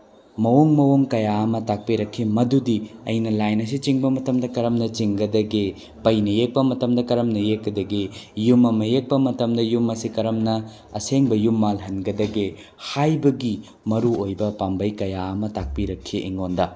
ꯃꯑꯣꯡ ꯃꯑꯣꯡ ꯀꯌꯥ ꯑꯃ ꯇꯥꯛꯄꯤꯔꯛꯈꯤ ꯃꯗꯨꯗꯤ ꯑꯩꯅ ꯂꯥꯏꯟ ꯑꯁꯤ ꯆꯤꯡꯕ ꯃꯇꯝꯗ ꯀꯔꯝꯅ ꯆꯤꯡꯒꯗꯒꯦ ꯄꯩꯅ ꯌꯦꯛꯄ ꯃꯇꯝꯗ ꯀꯔꯝꯅ ꯌꯦꯛꯀꯗꯒꯦ ꯌꯨꯝ ꯑꯃ ꯌꯦꯛꯄ ꯃꯇꯝꯗ ꯌꯨꯝ ꯑꯁꯤ ꯀꯔꯝꯅ ꯑꯁꯦꯡꯕ ꯌꯨꯝ ꯃꯥꯜꯍꯟꯒꯗꯒꯦ ꯍꯥꯏꯕꯒꯤ ꯃꯔꯨꯑꯣꯏꯕ ꯄꯥꯝꯕꯩ ꯀꯌꯥ ꯑꯃ ꯇꯥꯛꯄꯤꯔꯛꯈꯤ ꯑꯩꯉꯣꯟꯗ